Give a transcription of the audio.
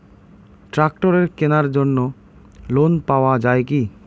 ট্রাক্টরের কেনার জন্য লোন পাওয়া যায় কি?